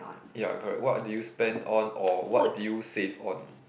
ya correct what do you spend on or what do you save on